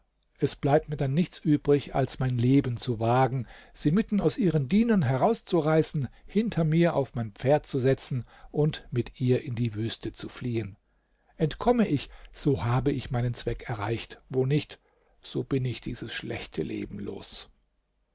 es bleibt mir dann nichts übrig als mein leben zu wagen sie mitten aus ihren dienern herauszureißen hinter mir auf mein pferd zu setzen und mit ihr in die wüste zu fliehen entkomme ich so habe ich meinen zweck erreicht wo nicht so bin ich dieses schlechte leben los